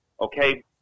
okay